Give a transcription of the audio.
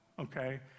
okay